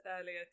earlier